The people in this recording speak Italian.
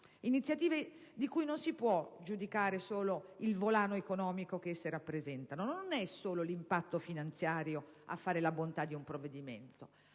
Iniziative di cui non si può giudicare il solo volano economico che rappresentano: non è solo l'impatto finanziario a fare la bontà di un provvedimento.